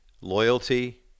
loyalty